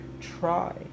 try